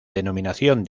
denominación